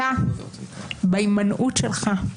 אתה בהימנעות שלך,